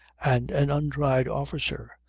and an untried officer,